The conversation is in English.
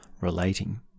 relating